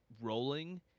rolling